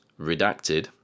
redacted